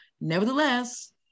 Nevertheless